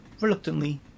reluctantly